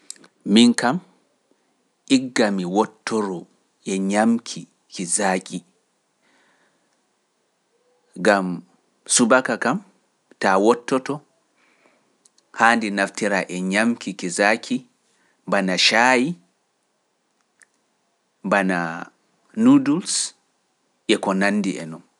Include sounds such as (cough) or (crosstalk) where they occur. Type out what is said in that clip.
(noise) Minkam igga mi wottoro e nyamki ki zaki gam subaka kam ta wottoto ndikka naftira e nyamki belki bana shayi e nuduls.